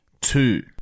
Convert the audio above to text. two